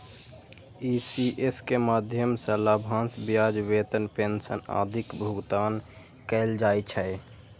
ECS के माध्यम सं लाभांश, ब्याज, वेतन, पेंशन आदिक भुगतान कैल जाइ छै